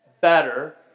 better